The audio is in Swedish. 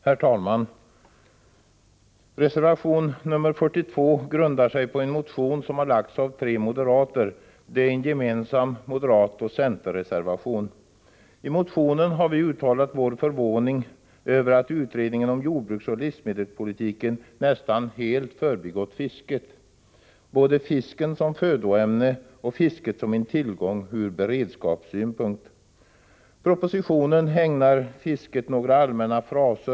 Herr talman! Reservation 42 grundar sig på en motion som lagts fram av tre moderater. Det är en gemensam moderatoch centerreservation. I motionen har vi uttalat vår förvåning över att utredningen om jordbruksoch livsmedelspolitiken nästan helt förbigått fisket, både fisken som födoämne och fisket som en tillgång från beredskapssynpunkt. I propositionen ägnas fisket några allmänna fraser.